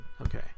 Okay